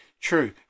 True